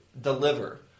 deliver